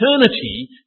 eternity